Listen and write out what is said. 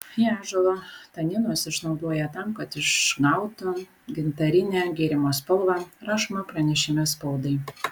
jie ąžuolo taninus išnaudoja tam kad išgautų gintarinę gėrimo spalvą rašoma pranešime spaudai